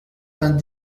vingt